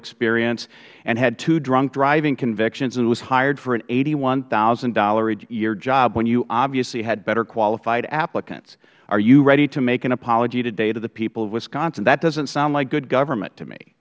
experience and had two drunk driving convictions and was hired for an eighty one thousand dollars a year job when you obviously had better qualified applicants are you ready to make an apology today to the people of wisconsin that doesnt sound like good government to me